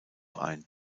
ein